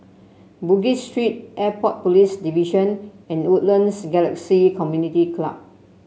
Bugis Street Airport Police Division and Woodlands Galaxy Community Club